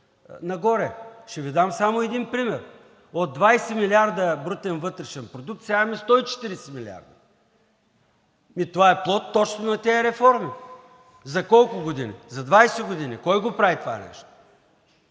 нагоре. Ще Ви дам само един пример – от 20 милиарда брутен вътрешен продукт сега имаме 140 милиарда и това е плод точно на тези реформи. За колко години? За 20 години. Кой го прави това?